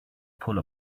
pull